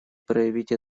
проявлять